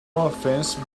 offense